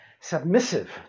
submissive